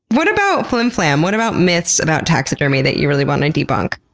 what about flimflam, what about myths about taxidermy that you really want to debunk?